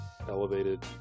elevated